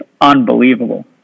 unbelievable